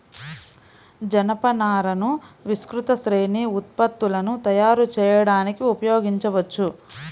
జనపనారను విస్తృత శ్రేణి ఉత్పత్తులను తయారు చేయడానికి ఉపయోగించవచ్చు